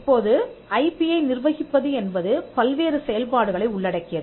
இப்போது ஐபி யை நிர்வகிப்பது என்பது பல்வேறு செயல்பாடுகளை உள்ளடக்கியது